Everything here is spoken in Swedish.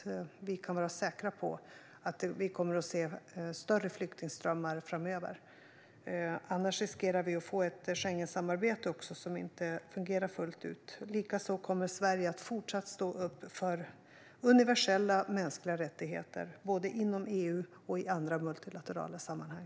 Vi kan vara säkra på att vi kommer att se större flyktingströmmar framöver. Utan ett fungerande asylsystem riskerar vi att få ett Schengensamarbete som inte heller fungerar fullt ut. Likaså kommer Sverige att fortsätta stå upp för universella mänskliga rättigheter, både inom EU och i andra multilaterala sammanhang.